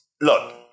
look